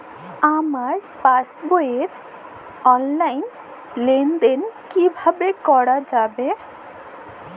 আমার পাসবই র অনলাইন লেনদেন কিভাবে করা যাবে?